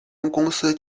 公司